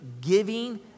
giving